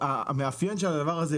המאפיין של הדבר הזה,